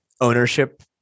ownership